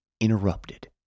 interrupted